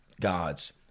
God's